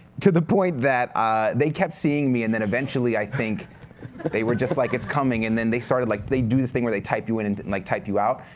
to the point that they kept seeing me, and then eventually, i think that they were just like, it's coming. and then they started like they do this thing where they type you in, and and like type you out.